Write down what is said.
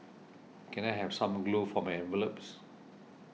can I have some glue for my envelopes